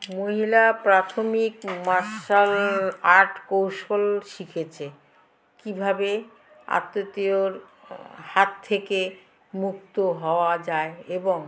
মহিলা প্রাথমিক martial art কৌশল শিখেছে কীভাবে আততায়ীর হাত থেকে মুক্ত হওয়া যায় এবং